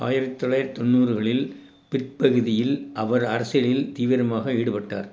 ஆயிரத்தி தொள்ளாயிரத்தி தொண்ணூறுகளின் பிற்பகுதியில் அவர் அரசியலில் தீவிரமாக ஈடுபட்டார்